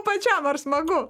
pačiam ar smagu